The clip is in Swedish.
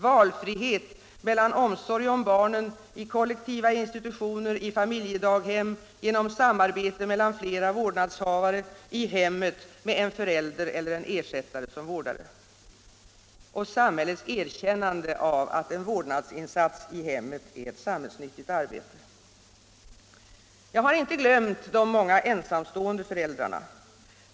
Valfrihet mellan omsorg om barnen i kollektiva institutioner, i familjedaghem, genom samarbete mellan flera vårdnadshavare, i hemmet med en förälder eller en ersättare som vårdare. Samhällets erkännande av att en vårdnadsinsats i hemmet är ett samhällsnyttigt arbete. Jag har inte glömt de många ensamstående föräldrarna.